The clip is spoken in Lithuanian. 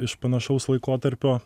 iš panašaus laikotarpio